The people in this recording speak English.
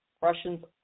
Russians